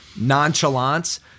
nonchalance